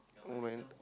when